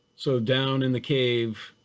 so down in the cave,